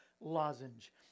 lozenge